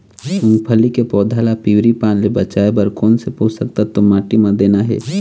मुंगफली के पौधा ला पिवरी पान ले बचाए बर कोन से पोषक तत्व माटी म देना हे?